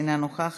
אינה נוכחת,